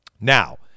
Now